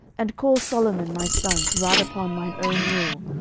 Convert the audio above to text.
and cause solomon my son to ride upon mine own mule,